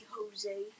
Jose